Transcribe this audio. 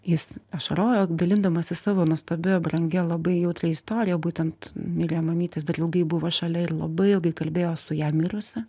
jis ašarojo dalindamasis savo nuostabia brangia labai jautria istorija būtent mylėjo mamytės dar ilgai buvo šalia ir labai ilgai kalbėjo su ja mirusia